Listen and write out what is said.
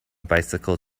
bicycle